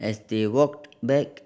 as they walked back